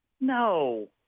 No